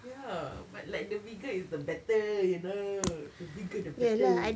ya but like the bigger is the better you know the bigger the better